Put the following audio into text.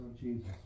Jesus